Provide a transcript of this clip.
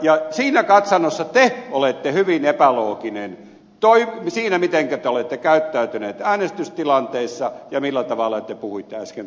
ja siinä katsannossa te olette hyvin epälooginen siinä mitenkä te olette käyttäytynyt äänestystilanteissa ja millä tavalla te puhuitte äsken tuolta pöntöstä